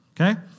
Okay